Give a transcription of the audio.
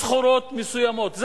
סחורות מסוימות.